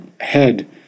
head